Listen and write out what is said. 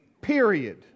Period